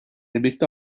emekli